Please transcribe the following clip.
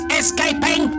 escaping